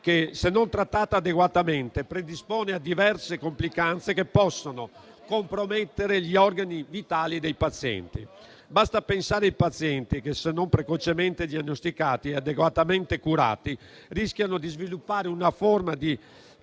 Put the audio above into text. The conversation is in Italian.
che, se non trattata adeguatamente, predispone a diverse complicanze, che possono compromettere gli organi vitali. Basta pensare ai malati che, se non precocemente diagnosticati e adeguatamente curati, rischiano di sviluppare una forma di